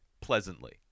Pleasantly